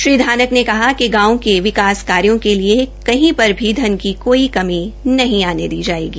श्री धानक ने कहा है कि गांवों के विकास कार्यो के लिए कहीं पर भी धन की कोई कमी नहीं आने दी जायेगी